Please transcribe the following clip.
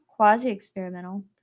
quasi-experimental